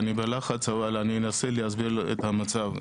אני קצת בלחץ אבל אני אנסה להסביר את המצב.